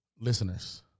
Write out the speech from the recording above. listeners